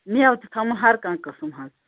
میوٕ تہِ تھاوُن ہرکانٛہہ قٕسٕم حظ